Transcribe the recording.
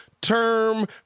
term